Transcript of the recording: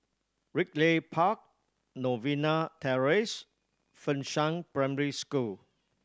Ridley Park Novena Terrace Fengshan Primary School